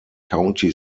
county